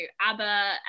ABBA